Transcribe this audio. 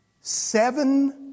seven